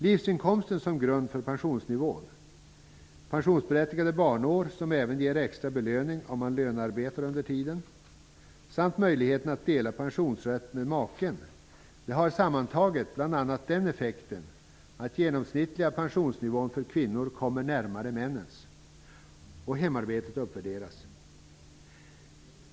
Livsinkomsten som grund för pensionsnivån, pensionsberättigande barnår som även ger extra belöning om man lönearbetar under tiden samt möjligheten att dela pensionsrätt mellan makar har sammantaget bl.a. den effekten att den genomsnittliga pensionsnivån för kvinnor kommer närmare männens och att hemarbetet uppvärderas.